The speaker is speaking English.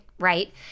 Right